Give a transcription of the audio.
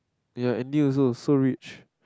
ya Andy also so rich